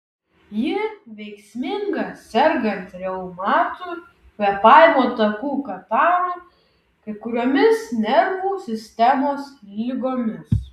ji veiksminga sergant reumatu kvėpavimo takų kataru kai kuriomis nervų sistemos ligomis